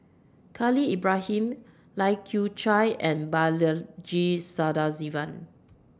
Khalil Ibrahim Lai Kew Chai and Balaji Sadasivan